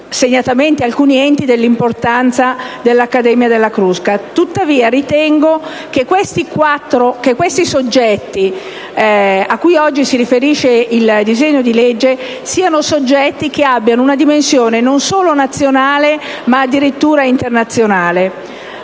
segnatamente alcuni enti dell'importanza dell'Accademia della Crusca. Tuttavia ritengo che questi soggetti a cui oggi si riferisce il disegno di legge abbiano una dimensione non solo nazionale, ma addirittura internazionale.